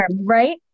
right